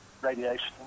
radiation